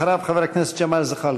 אחריו, חבר הכנסת ג'מאל זחאלקה.